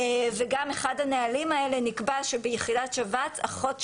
בנוהל הזה הכוונה שלנו לעדכן באמת את הסטנדרט